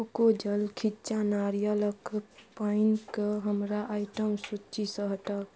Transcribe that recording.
कोकोजल खिज्जा नारियलक पानिके हमरा आइटम सूचीसँ हटाउ